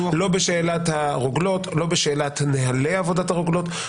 לא בשאלת הרוגלות, לא בשאלת נהלי עבודת הרוגלות.